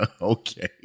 okay